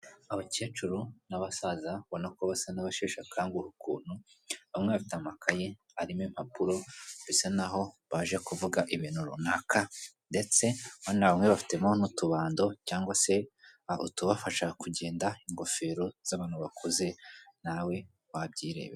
abakecuru n'abasaza babona ko basa n'abasheshe akangura ukuntu bamwe bafite amakaye arimo impapuro bisa naho baje kuvuga ibintu runaka ndetse bamwe bafitemo n'utubando cyangwa se utubafasha kugenda ingofero z'abantu bakuze nawe wabyirebera